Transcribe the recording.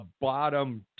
bottom